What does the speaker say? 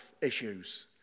issues